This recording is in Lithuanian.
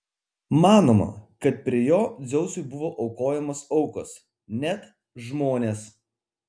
manoma kad prie jo dzeusui buvo aukojamos aukos net žmonės